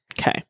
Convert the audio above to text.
okay